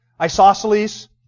isosceles